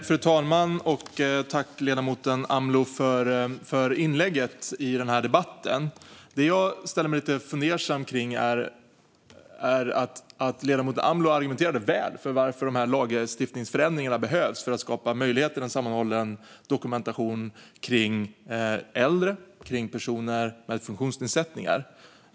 Fru talman! Tack, ledamoten Amloh, för inlägget i debatten! Ledamoten argumenterade väl för att lagstiftningsförändringarna behövs för att skapa möjlighet till en sammanhållen dokumentation kring äldre och personer med funktionsnedsättningar.